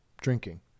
drinking